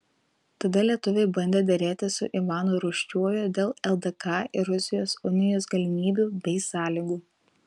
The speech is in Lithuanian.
tada lietuviai bandė derėtis su ivanu rūsčiuoju dėl ldk ir rusijos unijos galimybių bei sąlygų